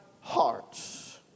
hearts